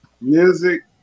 music